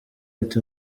ati